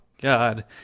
God